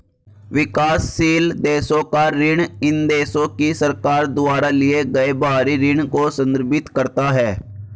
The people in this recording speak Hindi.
विकासशील देशों का ऋण इन देशों की सरकार द्वारा लिए गए बाहरी ऋण को संदर्भित करता है